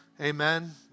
Amen